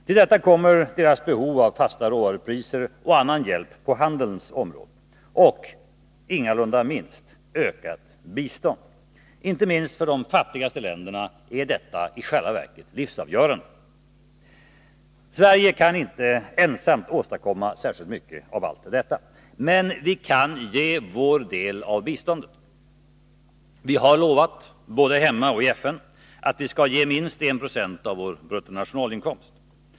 Till detta kommer deras behov av fastare råvarupriser och annan hjälp på handelns område, och — ingalunda minst — ökat bistånd. Inte minst för de fattigaste länderna är detta i själva verket livsavgörande. Sverige kan inte ensamt åstadkomma särskilt mycket av allt detta. Men vi kan ge vår del av biståndet. Vi har lovat både hemma och i FN att vi skall ge minst 1 26 av vår bruttonationalinkomst.